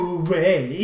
away